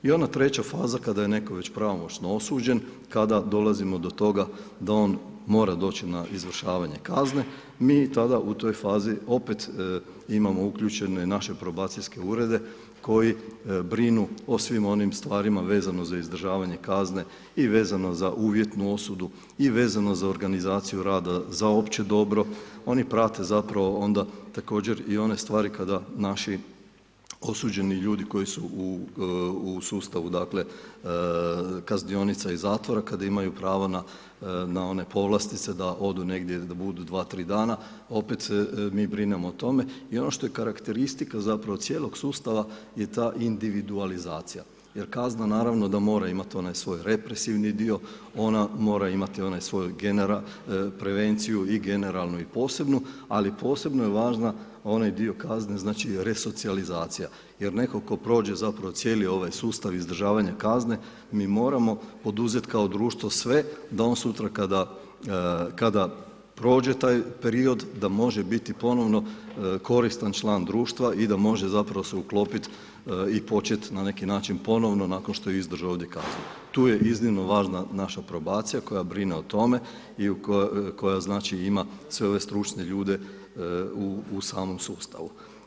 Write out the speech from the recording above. I ona treća faza kada je netko već pravomoćno osuđen kada dolazimo do toga da on mora doći na izvršavanje kazne mi tada u toj fazi imamo opet uključene naše probacijske urede koji brinu o svim onim stvarima vezano za izdržavanje kazne i vezano za uvjetnu osudu i vezano za organizaciju rada za opće dobro, oni prate zapravo onda također i one stvari kada naši osuđeni ljudi koji su u sustavu dakle kaznionica i zatvora kada imaju pravo na one povlastice da odu negdje da budu 2-3 dana opet mi brinemo o tome i ono što je karakteristika zapravo cijelog sustava je ta individualizacija jer kazna naravno da mora imati onaj svoj represivni dio ona mora imati onaj svoj prevenciju i generalnu i posebnu, ali posebno je važna onaj dio kazne znači resocijalizacija, jer netko tko prođe zapravo cijeli ovaj sustav izdržavanja kazne, mi moramo poduzet kao društvo sve da on sutra kada prođe taj period da može biti ponovno koristan član društva i da može zapravo se uklopit i počet na neki način ponovno nakon što je izdržao ovdje kaznu, tu je iznimno važna naša probacija koja brine o tome i koja znači ima sve ove stručne ljude u samom sustavu.